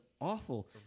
awful